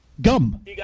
Gum